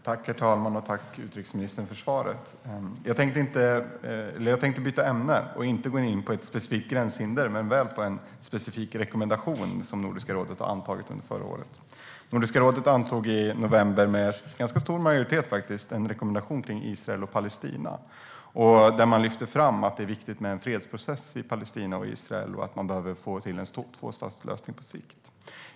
Herr talman! Tack, utrikesministern, för svaret! Jag tänkte byta ämne och inte gå in på ett specifikt gränshinder men väl på en specifik rekommendation som Nordiska rådet antog under förra året. Nordiska rådet antog i november, med stor majoritet, en rekommendation angående Israel och Palestina. Rådet lyfte fram att det är viktigt med en fredsprocess i Palestina och Israel och att man behöver få till en tvåstatslösning på sikt.